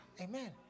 Amen